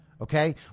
Okay